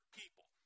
people